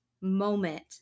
moment